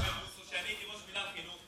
כשאני הייתי ראש מינהל חינוך,